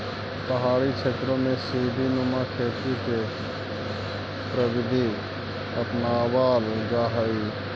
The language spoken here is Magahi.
पहाड़ी क्षेत्रों में सीडी नुमा खेती की प्रविधि अपनावाल जा हई